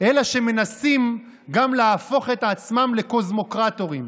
אלא שמנסים גם להפוך את עצמם לקוסמוקרטורים.